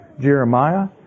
Jeremiah